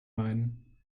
mine